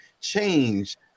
change